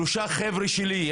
שלושה חבר'ה שלי,